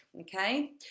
okay